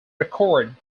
record